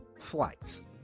flights